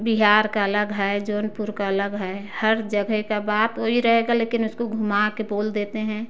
बिहार का अलग है जौनपुर का अलग है हर जगह का बात वही रहेगा लेकिन उसको घूमा कर बोल देते हैं